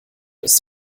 ist